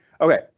Okay